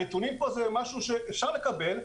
הנתונים זה משהו שאפשר לקבל,